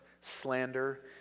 slander